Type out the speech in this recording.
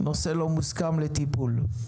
נושא לא מוסכם לטיפול.